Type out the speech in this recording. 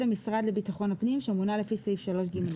המשרד לביטחון לאומי שמונה לפי סעיף 3ג(ב);